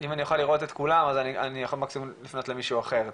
אם לא, אפנה למישהו אחר.